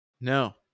No